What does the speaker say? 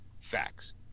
facts